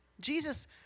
Jesus